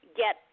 get